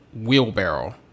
Wheelbarrow